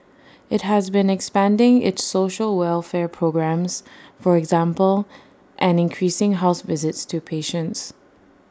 IT has been expanding its social welfare programmes for example and increasing house visits to patients